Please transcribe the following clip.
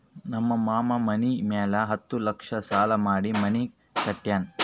ನಮ್ ಮಾಮಾ ಮನಿ ಮ್ಯಾಲ ಹತ್ತ್ ಲಕ್ಷ ಸಾಲಾ ಮಾಡಿ ಮನಿ ಕಟ್ಯಾನ್